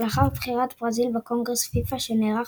אך לאחר בחירת ברזיל בקונגרס פיפ"א שנערך